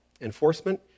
enforcement